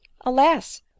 alas